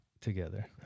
together